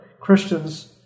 Christians